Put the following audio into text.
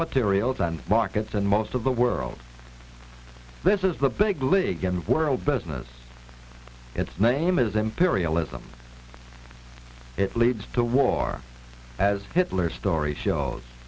materials and markets and most of the world this is the big league in world business its name is imperialism it leads to war as hitler's story shows